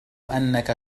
أنك